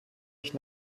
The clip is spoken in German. ich